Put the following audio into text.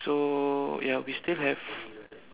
so ya we still have